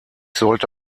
sollte